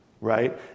right